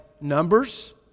numbers